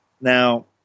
Now